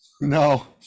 no